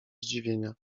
zdziwienia